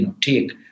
take